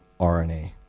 RNA